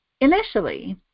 initially